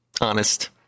honest